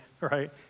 right